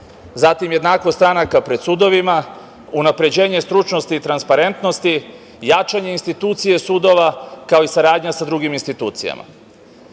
zatim, jednakost stranaka pred sudovima, unapređenje stručnosti i transparentnosti, jačanje institucije sudova, kao i saradnja sa drugim institucijama. Kada